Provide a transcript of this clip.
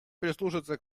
прислушаться